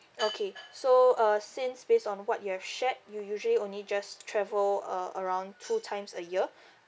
okay so uh since based on what you have shared you usually only just travel uh around two times a year